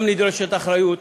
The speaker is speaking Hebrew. גם נדרשת אחריות,